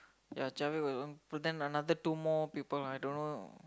ya Jia-Wei Wei-Lun put them another two more people lah I don't know